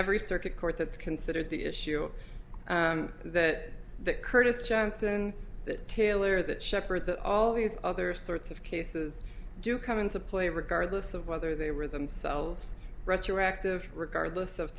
every circuit court that's considered the issue that curtis johnson the taylor that shepard that all these other sorts of cases do come into play regardless of whether they were themselves retroactive regardless of